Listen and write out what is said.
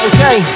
Okay